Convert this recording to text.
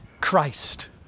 Christ